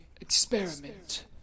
experiment